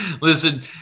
listen